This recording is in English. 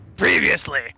Previously